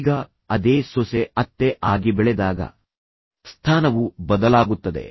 ಈಗ ಅದೇ ಸೊಸೆ ಅತ್ತೆ ಆಗಿ ಬೆಳೆದಾಗ ಸ್ಥಾನವು ಬದಲಾಗುತ್ತದೆ